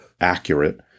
accurate